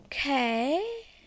Okay